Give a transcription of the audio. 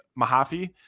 Mahaffey